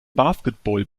basketball